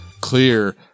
clear